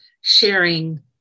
sharing